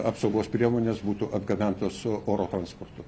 apsaugos priemonės būtų atgabentos su oro transportu